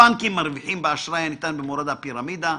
הבנקים מרוויחים באשראי הניתן במורד הפירמידה,